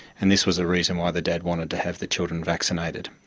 and this was a reason why the dad wanted to have the children vaccinated.